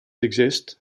exist